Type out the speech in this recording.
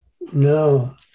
no